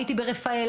הייתי ברפאל.